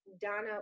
donna